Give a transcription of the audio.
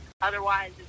otherwise